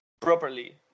properly